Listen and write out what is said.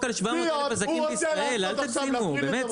--- באמת,